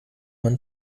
man